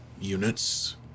units